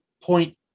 point